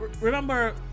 remember